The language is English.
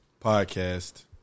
podcast